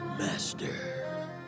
Master